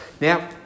Now